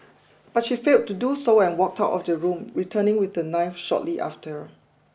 but she failed to do so and walked out of the room returning with a knife shortly after